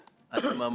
ממה שאני רואה,